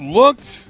looked